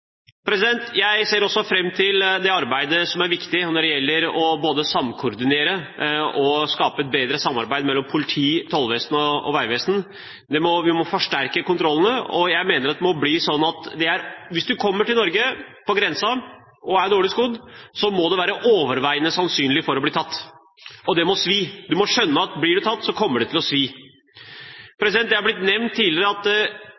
Jeg ser også fram til det viktige arbeidet med å samkoordinere, å skape et bedre samarbeid mellom politi, tollvesen og veivesen, og vi må forsterke kontrollene. Jeg mener det må bli slik at hvis du kommer til norskegrensen og er dårlig skodd, så må det være overveiende sannsynlig at du blir tatt. Og det må svi! Du må skjønne at blir du tatt, så kommer det til å svi. Det har blitt nevnt tidligere at